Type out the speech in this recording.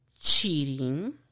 cheating